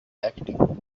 acting